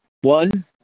One